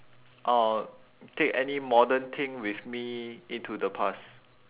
orh take any modern thing with me into the past